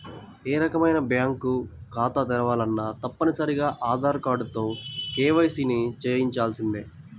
ఏ రకమైన బ్యేంకు ఖాతా తెరవాలన్నా తప్పనిసరిగా ఆధార్ కార్డుతో కేవైసీని చెయ్యించాల్సిందే